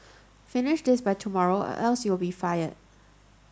finish this by tomorrow or else you'll be fired